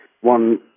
one